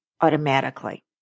automatically